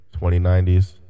2090s